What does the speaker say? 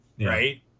right